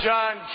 John